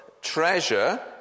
treasure